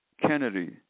Kennedy